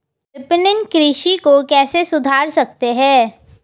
विपणन कृषि को कैसे सुधार सकते हैं?